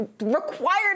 required